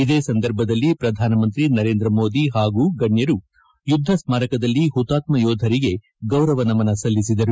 ಇದೇ ಸಂದರ್ಭದಲ್ಲಿ ಶ್ರಧಾನ ಮಂತ್ರಿ ನರೇಂದ್ರ ಮೋದಿ ಹಾಗೂ ಗಣ್ಣರು ಯುದ್ದ ಸ್ನಾರಕದಲ್ಲಿ ಹುತಾತ್ತ ಯೋಧರಿಗೆ ಗೌರವ ನಮನ ಸಲ್ಲಿಸಿದರು